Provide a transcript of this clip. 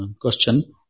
question